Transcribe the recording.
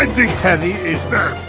i think heavy is dead.